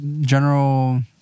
general